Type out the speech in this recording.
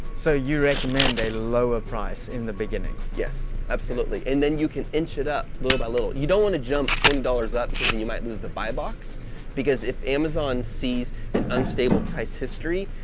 so you recommend a lower price in the beginning. yes, absolutely, and then you can inch it up a little by little. you don't want to jump twenty dollars up because you you might lose the buy box because if amazon sees an unstable price history,